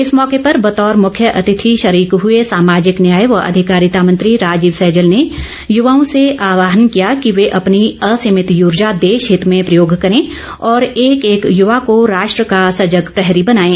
इस मौके पर बतौर मुख्य अतिथि शरीक हुए सामाजिक न्याय व अधिकारिता मंत्री राजीव सैजल ने युवाओं से आहवान किया कि वे अपनी असीमित ऊर्जा देश हित में प्रयोग करें और एक एक युवा को राष्ट्र का सजग प्रहरी बनाएं